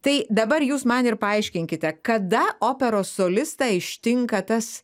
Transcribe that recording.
tai dabar jūs man ir paaiškinkite kada operos solistą ištinka tas